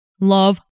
Love